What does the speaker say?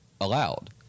allowed